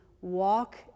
walk